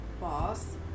boss